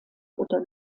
oder